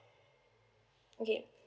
okay